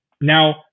Now